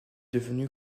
devenu